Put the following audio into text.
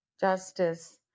justice